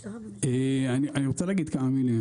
אני רוצה להגיד כמה מילים.